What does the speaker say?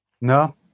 no